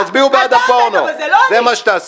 תצביעו בעד הפורנו, זה מה שתעשו.